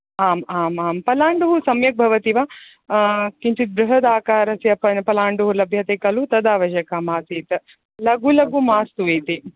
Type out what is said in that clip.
आम् आम् आम् पलाण्डुः सम्यक् भवति वा किञ्चिद् बृहद् आकारस्य पलाण्डुः लभ्यते खलु तद् आवश्यकम् आसीत् लघु लघु मास्तु इति